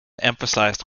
emphasized